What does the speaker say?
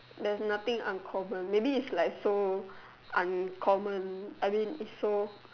there's nothing uncommon maybe it's like so uncommon I mean it's so